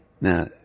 Now